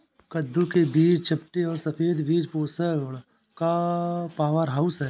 कद्दू के बीज चपटे और सफेद बीज पोषण का पावरहाउस हैं